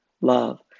love